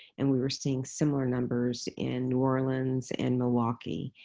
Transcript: and we were seeing similar numbers in new orleans and milwaukee.